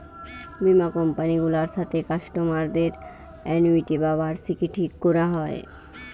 বীমা কোম্পানি গুলার সাথে কাস্টমারদের অ্যানুইটি বা বার্ষিকী ঠিক কোরা হয়